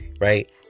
right